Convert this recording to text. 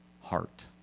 heart